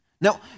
Now